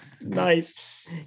Nice